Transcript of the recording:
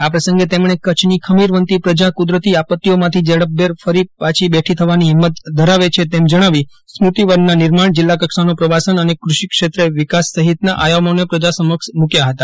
આ પ્રસંગે તેમણે કચ્છની ખમીરવંતી પ્રજા કુદરતી આપત્તિઓમાંથી ઝડપભેર ફરી પાછી બેઠી થવાની હિંમત ધરાવે છે તેમ જણાવી સ્મૃતિવનના નિર્માણ જિલ્લાનો પ્રવાસન અને કૃષિ ક્ષેત્રે વિકાસ સહિતના આયામોને પ્રજા સમક્ષ મૂક્યાં હતા